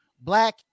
Black